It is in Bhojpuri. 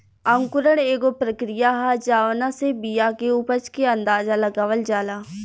अंकुरण एगो प्रक्रिया ह जावना से बिया के उपज के अंदाज़ा लगावल जाला